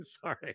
Sorry